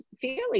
fairly